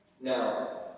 Now